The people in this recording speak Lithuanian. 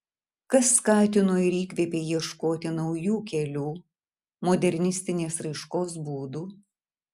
kas skatino ir įkvėpė ieškoti naujų kelių modernistinės raiškos būdų